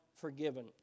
forgiven